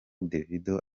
davido